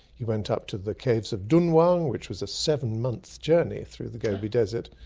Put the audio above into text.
he went up to the caves of dunhuang which was a seven-month journey through the gobi desert.